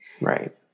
Right